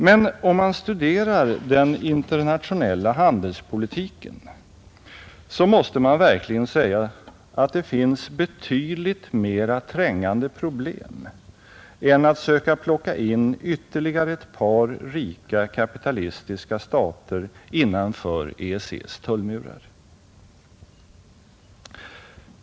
Men om man studerar den internationella handelspolitiken så måste man verkligen säga att det finns betydligt mera trängande problem än att söka plocka in ytterligare ett par rika kapitalistiska ländar innanför EEC:s tullmurar.